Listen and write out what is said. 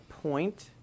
point